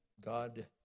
God